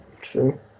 true